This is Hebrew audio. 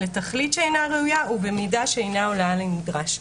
לתכלית שאינה ראויה ובמידה שאינה עולה על הנדרש".